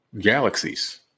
galaxies